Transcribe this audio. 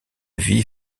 vie